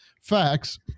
facts